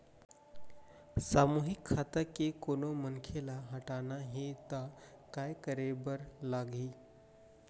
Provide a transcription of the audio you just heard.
सामूहिक खाता के कोनो मनखे ला हटाना हे ता काय करे बर लागही?